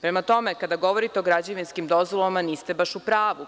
Prema tome, kada govorite o građevinskim dozvolama, niste baš u pravu.